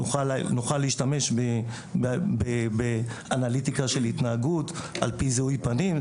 נוכל להשתמש באנליטיקה של התנהגות על פי זיהוי פנים.